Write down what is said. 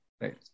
Right